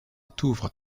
touvre